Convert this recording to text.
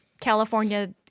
California